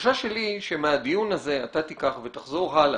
הבקשה שלי היא שמהדיון הזה אתה תיקח ותחזור הלאה,